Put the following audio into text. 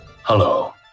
Hello